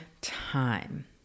time